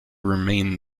remain